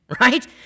right